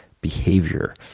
behavior